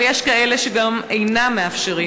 אבל יש כאלה שגם אינם מאפשרים.